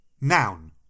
Noun